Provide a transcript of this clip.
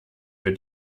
für